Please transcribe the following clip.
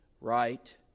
right